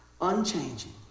Unchanging